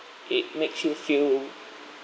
it makes you feel